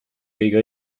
kõige